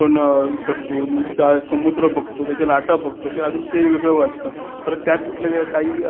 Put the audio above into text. आपण हे करतो नंतर त्या समुद्र बघतो त्याच्या लाटा बघतो ते अजून ते वेगळं वाटतं परत त्या तिथल्या त्या काही